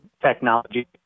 technology